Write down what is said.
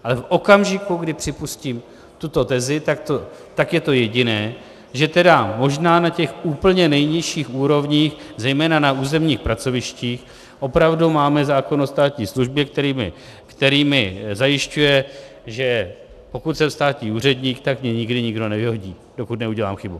Ale v okamžiku, kdy připustím tuto tezi, tak je to jediné, že tedy možná na těch úplně nejnižších úrovních, zejména na územních pracovištích, opravdu máme zákon o státní službě, který mi zajišťuje, že pokud jsem státní úředník, tak mě nikdy nikdo nevyhodí, dokud neudělám chybu.